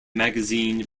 magazine